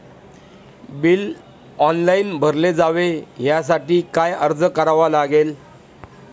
Bill online भरले जावे यासाठी काय अर्ज करावा लागेल?